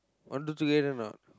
want do together or not